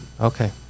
Okay